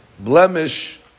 blemish